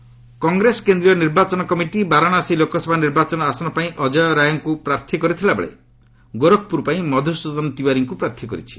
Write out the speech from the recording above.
Congress list Congress କେନ୍ଦ୍ରୀୟ ନିର୍ବାଚନ committee Varanasi Lok Sabha ନିର୍ବାଚନ ଆସନ ପାଇଁ ଅଜୟ ରାୟଙ୍କୁ ପ୍ରାର୍ଥୀ କରିଥିଲାବେଳେ ଗୋରଖ୍ପୁର ପାଇଁ ମଧୁସ୍ତଦନ ତିୱାରୀଙ୍କୁ ପ୍ରାର୍ଥୀ କରିଛି